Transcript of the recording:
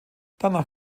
danach